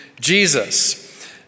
Jesus